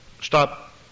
stop